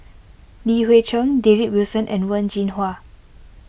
Li Hui Cheng David Wilson and Wen Jinhua